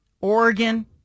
Oregon